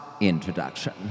introduction